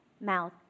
mouth